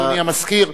אדוני המזכיר,